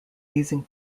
using